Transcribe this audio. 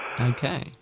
Okay